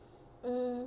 mm